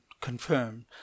confirmed